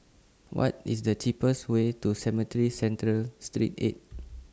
What IS The cheapest Way to Cemetry Central Street eight